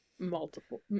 Multiple